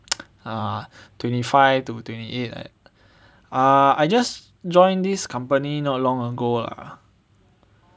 err twenty five to twenty eight like that ah I just join this company not long ago lah